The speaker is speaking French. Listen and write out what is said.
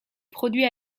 produits